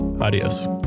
Adios